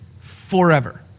forever